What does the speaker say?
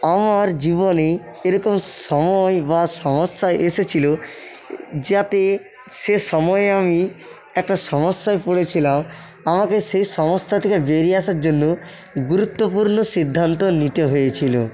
আমার জীবনে এরকম সময় বা সমস্যা এসেছিলো যাতে সে সময়ে আমি একটা সমস্যায় পড়েছিলাম আমাকে সে সমস্যা থেকে বেরিয়ে আসার জন্য গুরুত্বপূর্ণ সিদ্ধান্ত নিতে হয়েছিলো